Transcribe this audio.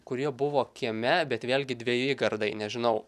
kurie buvo kieme bet vėlgi dveji kardai nežinau